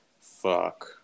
Fuck